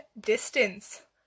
distance